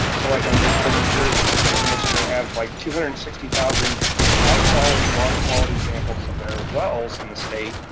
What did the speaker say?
so like um for new jersey, i mentioned, they have like two hundred and sixty thousand high quality water quality samples of their wells in the state.